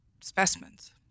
specimens